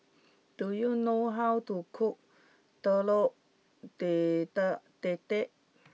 do you know how to cook Telur data Dadah